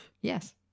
Yes